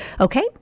okay